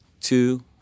two